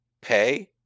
pay